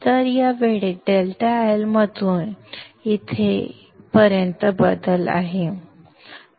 तर या वेळेत ∆IL मध्ये इथून इथपर्यंत बदल आहे